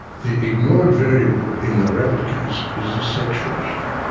the ignored variable in the rabbit case is the sex ratio.